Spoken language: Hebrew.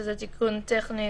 זה תיקון טכני,